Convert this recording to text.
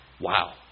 wow